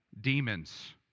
demons